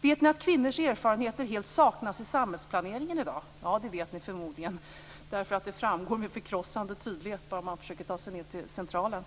Vet ni att kvinnors erfarenheter helt saknas i samhällsplaneringen i dag? Ja, det vet ni förmodligen. Det framgår med förkrossande tydlighet om man försöker ta sig ned till Centralen